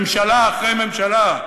ממשלה אחרי ממשלה,